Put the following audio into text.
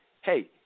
hey